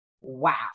Wow